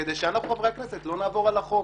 כדי שאנחנו, חברי הכנסת, לא נעבור על החוק.